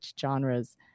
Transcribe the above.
genres